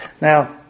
Now